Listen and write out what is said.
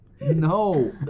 No